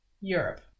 europe